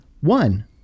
one